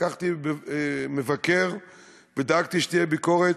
לקחתי מבקר ודאגתי שתהיה ביקורת.